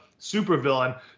supervillain